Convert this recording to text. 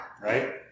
right